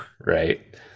right